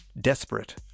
Desperate